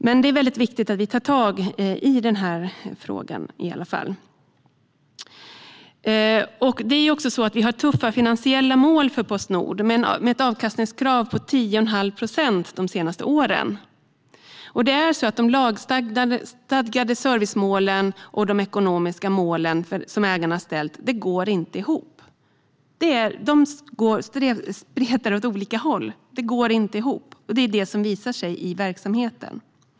Men det är väldigt viktigt att vi tar tag i denna fråga. Vi har tuffa finansiella mål för Postnord med ett avkastningskrav på 10,5 procent de senaste åren. De lagstadgade servicemålen och de ekonomiska mål som ägarna ställt upp går inte ihop. De spretar åt olika håll, och det är det som visar sig i verksamheten.